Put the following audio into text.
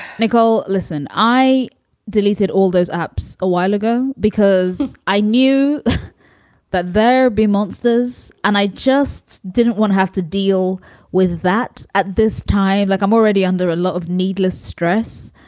nicole, listen, i deleted all those apps a while ago because i knew that there be monsters. and i just didn't want to have to deal with that at this time. like, i'm already under a lot of needless stress.